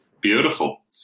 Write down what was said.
Beautiful